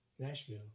Nashville